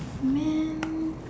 men